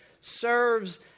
serves